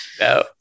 No